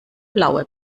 blaue